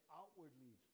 outwardly